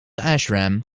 ashram